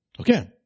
Okay